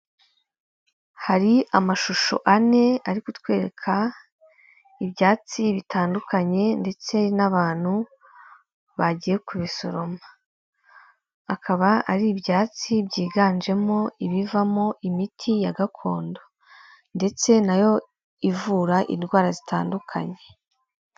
Hari amashusho ane ari kutwereka ibyatsi bitandukanye ndetse n'abantu bagiye kubisoroma, akaba ari ibyatsi byiganjemo ibivamo imiti ya gakondo ndetse nayo ivura indwara zitandukanye.